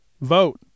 vote